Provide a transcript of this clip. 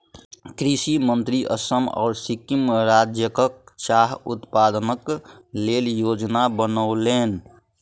कृषि मंत्री असम आ सिक्किम राज्यक चाह उत्पादनक लेल योजना बनौलैन